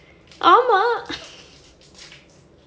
ஆமா:aamaa